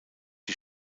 die